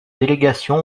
délégation